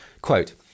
Quote